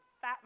fat